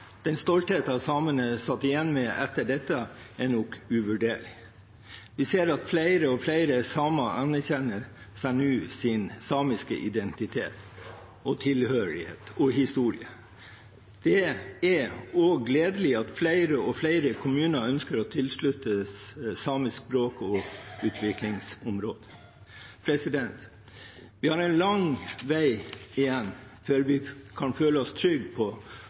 Den stoltheten samene satt igjen med etter dette, er nok uvurderlig. Vi ser at flere og flere samer nå vedkjenner seg sin samiske identitet, tilhørighet og historie. Det er også gledelig at flere og flere kommuner ønsker å tilsluttes samiske språk- og utviklingsområder. Vi har en lang vei igjen før vi kan føle oss trygge på